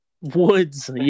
Woods